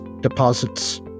deposits